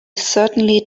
certainly